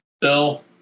Bill